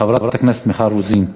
חברת הכנסת מיכל רוזין.